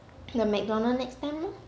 the mcdonald's next time lor